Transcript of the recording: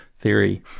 theory